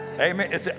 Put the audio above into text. amen